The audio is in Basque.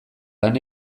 lan